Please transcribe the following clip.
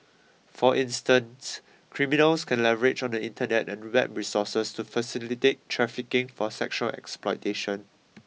for instance criminals can leverage on the Internet and web resources to facilitate trafficking for sexual exploitation